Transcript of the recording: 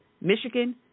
Michigan